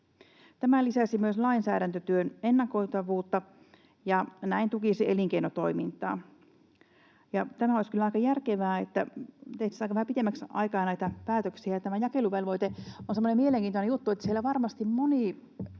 Tämä lisäisi myös lainsäädäntötyön ennakoitavuutta ja näin tukisi elinkeinotoimintaa. Tämä olisi kyllä aika järkevää, että tehtäisiin vähän pitemmäksi aikaa näitä päätöksiä. Tämä jakeluvelvoite on semmoinen mielenkiintoinen juttu, että siellä varmasti moni